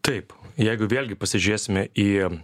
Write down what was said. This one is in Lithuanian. taip jeigu vėlgi pasižiūrėsime į